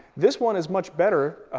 this one is much better.